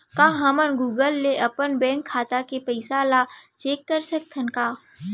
का हमन गूगल ले अपन बैंक खाता के पइसा ला चेक कर सकथन का?